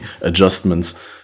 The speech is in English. adjustments